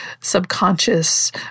subconscious